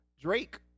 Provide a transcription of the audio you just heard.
Drake